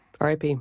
RIP